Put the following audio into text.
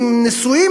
נשואים,